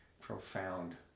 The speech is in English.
profound